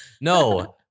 no